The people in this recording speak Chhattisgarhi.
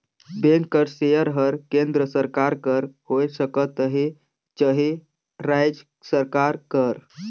बेंक कर सेयर हर केन्द्र सरकार कर होए सकत अहे चहे राएज सरकार कर